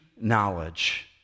knowledge